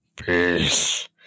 peace